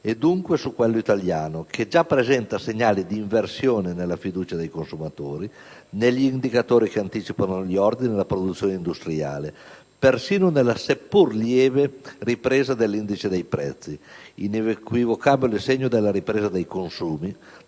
e, dunque, su quello italiano, che già presenta segnali di inversione nella fiducia dei consumatori, negli indicatori che anticipano gli ordini e la produzione industriale, persino nella seppur lieve ripresa dell'indice dei prezzi - inequivocabile segno della ripresa dei consumi